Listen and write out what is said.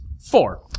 Four